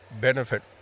benefit